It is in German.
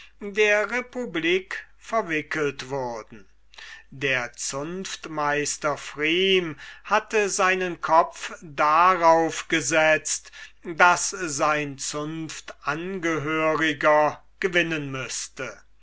der republik verwickelt wurden der zunftmeister pfrieme hatte seinen kopf darauf gesetzt daß sein zunftangehöriger gewinnen müßte